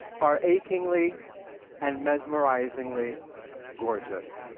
are achingly and mesmerizingly gorgeous.